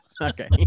Okay